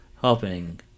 helping